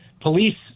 Police